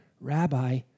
Rabbi